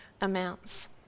amounts